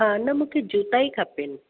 हा न मूंखे जूता ई खपनि